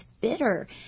bitter